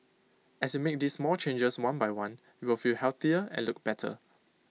as you make these small changes one by one you will feel healthier and look better